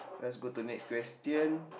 let's go to next question